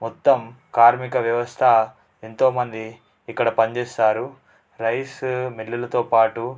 మొత్తం కార్మిక వ్యవస్థ ఎంతోమంది ఇక్కడ పని చేస్తారు రైస్ మిల్లులతో పాటు